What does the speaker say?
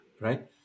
right